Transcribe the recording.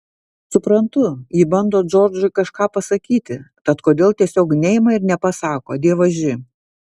suprantu ji bando džordžui kažką pasakyti tad kodėl tiesiog neima ir nepasako dievaži